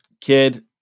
kid